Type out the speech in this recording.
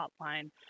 hotline